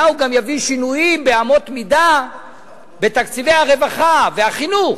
הוא גם יביא שינויים באמות מידה בתקציבי הרווחה והחינוך,